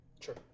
Sure